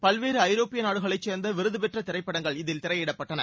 பல்வேறு ஐரோப்பிய நாடுகளை சேர்ந்த விருதுபெற்ற திரைப்படங்கள் இதில் திரையிடப்பட்டன